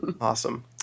Awesome